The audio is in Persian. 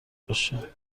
باشه